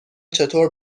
چطور